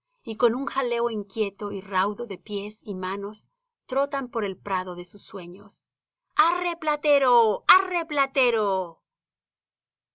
y con un jaleo inquieto y raudo de pies y manos trotan por el prado de sus sueños arre platero arre